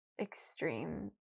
extreme